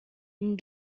une